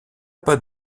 pas